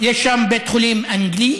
יש שם בית חולים אנגלי,